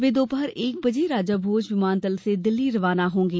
वे दोपहर एक बजे राजाभोज विमानतल से दिल्ली रवाना होंगे